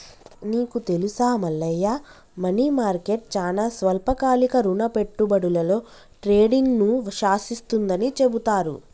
నీకు తెలుసా Mallayya money market చానా స్వల్పకాలిక రుణ పెట్టుబడులలో ట్రేడింగ్ను శాసిస్తుందని చెబుతారు